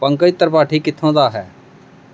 ਪੰਕਜ ਤ੍ਰਿਪਾਠੀ ਕਿੱਥੋਂ ਦਾ ਹੈ